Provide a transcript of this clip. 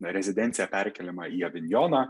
na rezidencija perkėlima į avinjoną